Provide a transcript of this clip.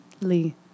Lee